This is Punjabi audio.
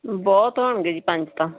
ਬਹੁਤ ਹੋਣਗੇ ਜੀ ਪੰਜ ਤਾਂ